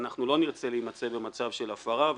ואנחנו לא נרצה להימצא במצב של הפרה.